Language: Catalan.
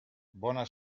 bona